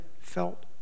felt